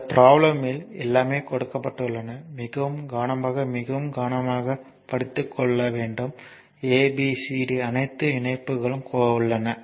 இந்த ப்ரோப்ளம் ல் எல்லாமே கொடுக்கப்பட்டுள்ளன மிகவும் கவனமாக மிகவும் கவனமாகப் படித்துக் கொள்ளவும் abcd அனைத்து இணைப்புகளும் உள்ளன